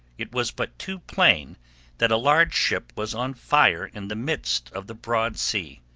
it was but too plain that a large ship was on fire in the midst of the broad sea.